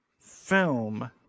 film